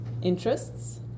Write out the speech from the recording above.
interests